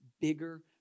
bigger